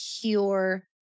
pure